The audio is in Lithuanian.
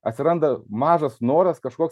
atsiranda mažas noras kažkoks